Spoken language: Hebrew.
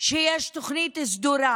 שיש תוכנית סדורה,